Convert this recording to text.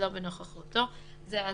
שלא בנוכחותו."; את זה,